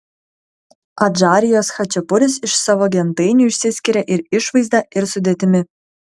adžarijos chačapuris iš savo gentainių išsiskiria ir išvaizda ir sudėtimi